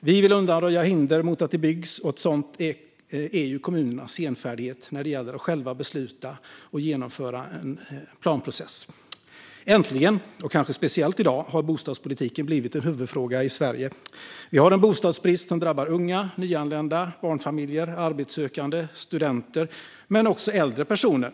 Vi vill undanröja hinder mot att det byggs. Ett sådant är kommunernas senfärdighet när det gäller att själva besluta om och genomföra en planprocess. Äntligen, och kanske speciellt i dag, har bostadspolitiken blivit en huvudfråga i Sverige. Vi har en bostadsbrist som drabbar unga, nyanlända, barnfamiljer, arbetssökande och studenter men också äldre personer.